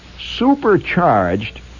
supercharged